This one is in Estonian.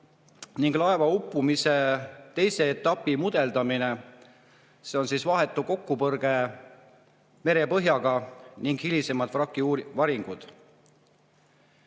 ning laeva uppumise teise etapi mudeldamine. See on vahetu kokkupõrge merepõhjaga ning hilisemad vraki varingud.